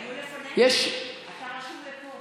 היו לפניך, אתה רשום לפה.